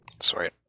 Sorry